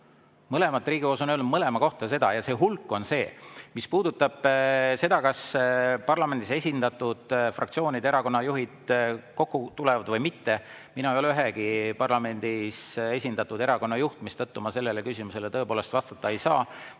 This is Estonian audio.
piiramatu. Riigikohus on öelnud mõlema kohta seda. Ja see hulk on see [probleem].Mis puudutab seda, kas parlamendis esindatud erakondade juhid kokku tulevad või mitte – mina ei ole ühegi parlamendis esindatud erakonna juht, mistõttu ma sellele küsimusele tõepoolest vastata ei saa.